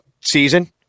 season